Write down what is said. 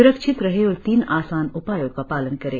स्रक्षित रहें और तीन आसान उपायों का पालन करें